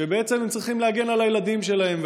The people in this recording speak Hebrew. שבעצם הם צריכים להגן על הילדים שלהם,